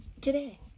today